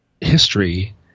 history